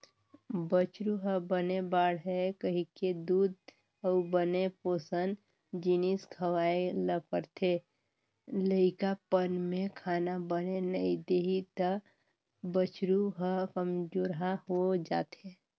बछरु ह बने बाड़हय कहिके दूद अउ बने पोसन जिनिस खवाए ल परथे, लइकापन में खाना बने नइ देही त बछरू ह कमजोरहा हो जाएथे